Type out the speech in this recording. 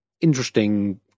Interesting